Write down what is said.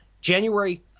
January